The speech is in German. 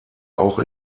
auch